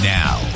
now